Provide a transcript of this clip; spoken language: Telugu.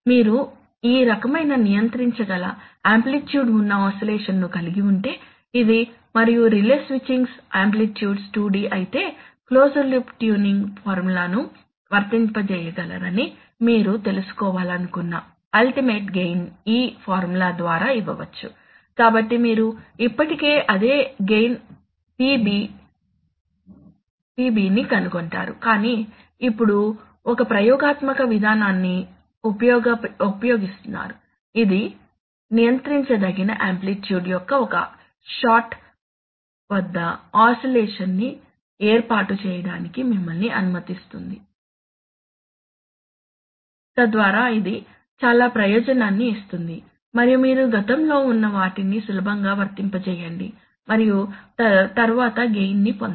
మీరు ఈ రకమైన నియంత్రించగల ఆంప్లిట్యూడ్ ఉన్న ఆసిలేషన్ ను కలిగి ఉంటే ఇది మరియు రిలే స్విచ్చింగ్స్ ఆంప్లిట్యూడ్ 2d అయితే క్లోజ్డ్ లూప్ ట్యూనింగ్ ఫార్ములాను వర్తింపజేయగలరని మీరు తెలుసుకోవాలనుకున్నఅల్టిమేట్ గెయిన్ ఈ ఫార్ములా ద్వారా ఇవ్వవచ్చు కాబట్టి మీరు ఇప్పటికీ అదే గెయిన్ PB ని కనుగొంటున్నారు కానీ ఇప్పుడు ఒక ప్రయోగాత్మక విధానాన్ని ఉపయోగిస్తున్నారు ఇది నియంత్రించదగిన ఆంప్లిట్యూడ్ యొక్క ఒక షాట్ వద్ద ఆసిలేషన్ ని ఏర్పాటు చేయడానికి మిమ్మల్ని అనుమతిస్తుంది తద్వారా ఇది చాలా ప్రయోజనాన్ని ఇస్తుంది మరియు మీరు గతంలో ఉన్న వాటిని సులభంగా వర్తింపజేయండి మరియు తరువాత గెయిన్ ని పొందండి